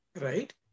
right